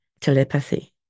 telepathy